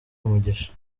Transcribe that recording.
umugisha